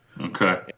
Okay